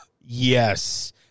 Yes